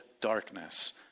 darkness